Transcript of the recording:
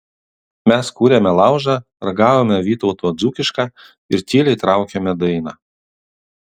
mes kūrėme laužą ragavome vytauto dzūkišką ir tyliai traukėme dainą